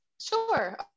sure